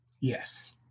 Yes